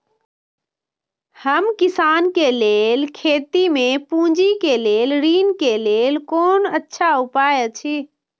हम किसानके लेल खेती में पुंजी के लेल ऋण के लेल कोन अच्छा उपाय अछि?